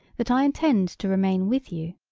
that i intend to remain with you.